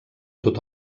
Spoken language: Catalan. tot